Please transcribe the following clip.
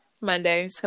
Monday